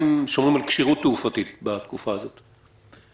שומרים על כשירות תעופתית בתקופה הזאת?